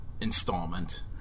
installment